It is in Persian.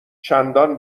چندان